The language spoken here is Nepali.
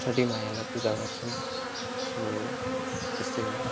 छठी मैयालाई पूजा गर्छन् सो त्यस्तै हो